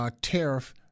tariff